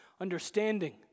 understanding